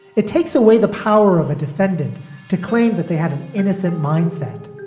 it takes away the power of a defendant to claim that they have an innocent mindset